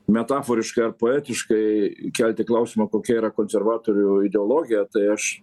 metaforiškai ar poetiškai kelti klausimą kokia yra konservatorių ideologija tai aš